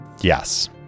Yes